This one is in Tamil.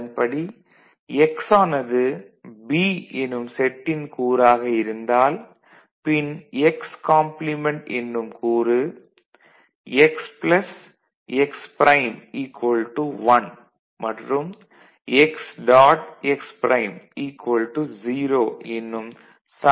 அதன்படி x ஆனது B எனும் செட்டின் கூறாக இருந்தால் பின் x காம்ப்ளிமென்ட் எனும் கூறு x ப்ளஸ் x ப்ரைம் 1 மற்றும் x டாட் x ப்ரைம் 0 எனும் சமன்பாடுகளைக் கொண்டிருக்கும்